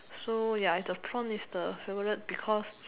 so ya the prawn is the favourite because